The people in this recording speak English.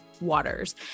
Waters